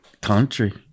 Country